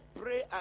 pray